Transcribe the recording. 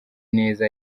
neza